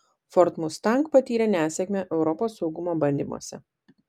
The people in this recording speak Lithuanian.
ford mustang patyrė nesėkmę europos saugumo bandymuose